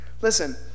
listen